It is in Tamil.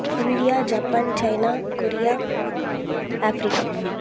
India Japan China Korea Africa